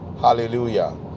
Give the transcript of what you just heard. Hallelujah